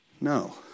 no